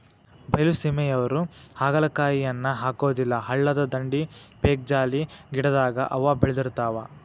ಬೈಲಸೇಮಿಯವ್ರು ಹಾಗಲಕಾಯಿಯನ್ನಾ ಹಾಕುದಿಲ್ಲಾ ಹಳ್ಳದ ದಂಡಿ, ಪೇಕ್ಜಾಲಿ ಗಿಡದಾಗ ಅವ ಬೇಳದಿರ್ತಾವ